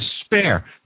despair